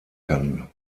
kann